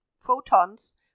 photons